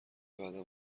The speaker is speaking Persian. بعدا